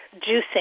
juicing